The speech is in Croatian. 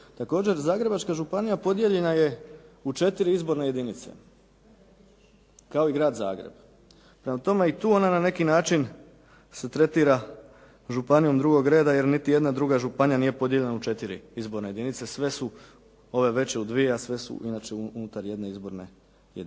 Također, Zagrebačka županija podijeljena je u 4 izborne jedinice kao i Grad Zagreb. Prema tome, i tu ona na neki način se tretira županijom drugog reda jer niti jedna druga županija nije podijeljena u četiri izborne jedinice. Sve su ove veće u dvije, a sve su inače unutar jedne izborne jedinice.